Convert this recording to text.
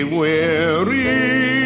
weary